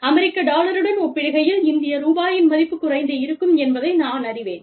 அமெரிக்க டாலருடன் ஒப்பிடுகையில் இந்திய ரூபாயின் மதிப்பு குறைந்து இருக்கும் என்பதை நான் அறிவோம்